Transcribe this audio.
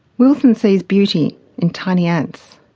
wilson sees beauty in tiny ants,